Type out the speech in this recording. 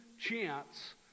chance